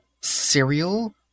Cereal